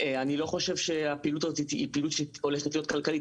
אני לא חושב שהפעילות הזאת היא פעילות שהולכת להיות כלכלית.